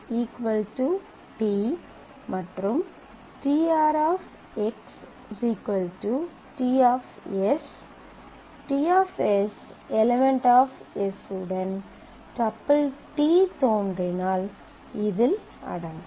tr t மற்றும் tr X ts ts € s உடன் double t தோன்றினால் இதில் அடங்கும்